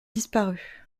disparu